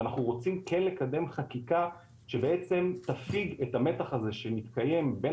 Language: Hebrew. ואנחנו רוצים כן לקדם חקיקה שבעצם תפיג את המתח הזה שמתקיים בין